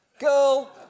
Girl